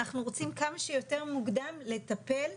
אנחנו רוצים כמה שיותר מוקדם לטפל,